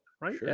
right